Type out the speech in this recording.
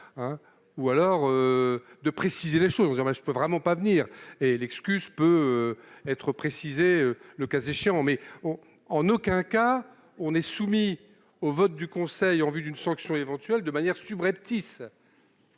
ou alors de préciser les choses aurais je peux vraiment pas venir et l'excuse peut être précisée, le cas échéant, mais on en aucun cas on est soumis au vote du conseil en vue d'une sanction éventuelle de manière subreptice,